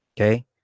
Okay